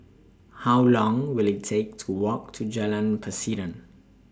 How Long Will IT Take to Walk to Jalan Pasiran